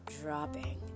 dropping